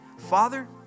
Father